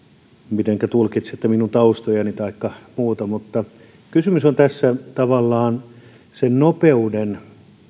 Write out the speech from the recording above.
mitenkä tulkitsette minun taustojani taikka muuta mutta kysymys on tässä tavallaan sen nopeuden